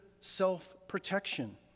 self-protection